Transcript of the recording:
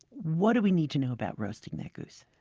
what do we need to know about roasting that goose?